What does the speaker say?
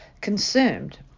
consumed